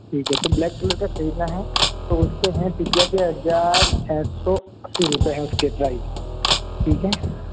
ठीक है तो ब्लैक कलर का खरीदना है तो उसके है पच्यासी हजाए छः सौ अस्सी रुपए है इसके प्राइस ठीक है